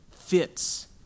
fits